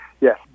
Yes